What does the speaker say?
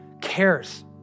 cares